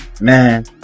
Man